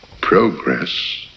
progress